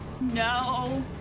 No